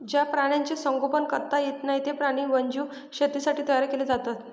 ज्या प्राण्यांचे संगोपन करता येत नाही, ते प्राणी वन्यजीव शेतीसाठी तयार केले जातात